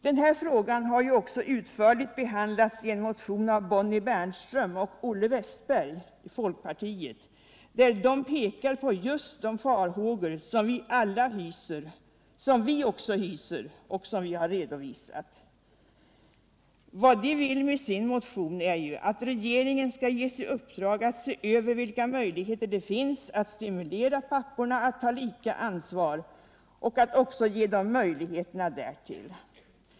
Den här frågan har också utförligt behandlats i en motion av Bonnie Bernström och Oile Wästberg i folkpartiet. De pekar på just de farhågor som vi också hyser och som vi har redovisat. Vad de vill med sin motion är att regeringen skall ges i uppdrag att sc över vilka möjligheter det finns att stimulera papporna att ta lika ansvar och även ge dem möjlighet därtill.